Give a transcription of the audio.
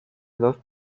dos